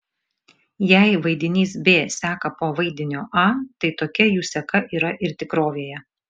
jei vaidinys b seka po vaidinio a tai tokia jų seka yra ir tikrovėje